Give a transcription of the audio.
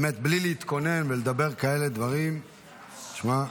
באמת, בלי להתכונן ולדבר כאלה דברים, תשמע,